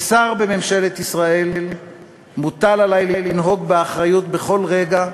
כשר בממשלת ישראל מוטל עלי לנהוג באחריות בכל רגע,